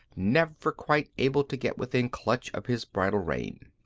never quite able to get within clutch of his bridle rein.